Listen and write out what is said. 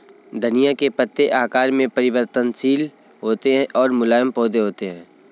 धनिया के पत्ते आकार में परिवर्तनशील होते हैं और मुलायम पौधे होते हैं